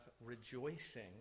rejoicing